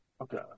Okay